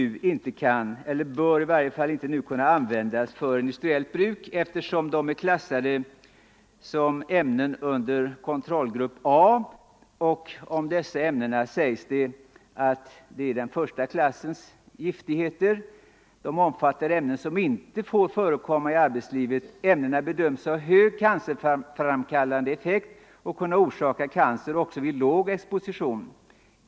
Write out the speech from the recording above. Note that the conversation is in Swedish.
De kan eller bör inte användas för industriellt bruk, eftersom de är klassade som ämnen i kontrollgrupp A. Om dessa ämnen sägs att de är första klassens gifter, som inte får förekomma i arbetslivet. Ämnena bedöms ha hög cancerframkallande effekt och kunna orsaka cancer också vid låg exposition.